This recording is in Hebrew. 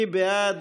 מי בעד?